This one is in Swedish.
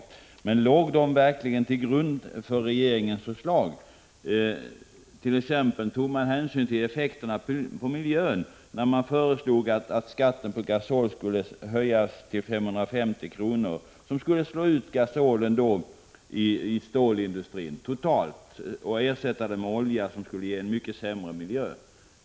181 Men låg det verkligen till grund för regeringens förslag, t.ex. hänsyn till effekterna på miljön, när man föreslog att skatten på gasol skulle höjas till 550 kr., en åtgärd som skulle medföra att den slogs ut helt och hållet i stålindustrin och ersattes med olja, som skulle ge en mycket sämre miljö?